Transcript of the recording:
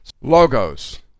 Logos